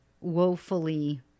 woefully